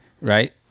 right